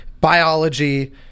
biology